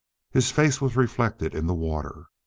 his face was reflected in the water.